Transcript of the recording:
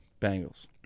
Bengals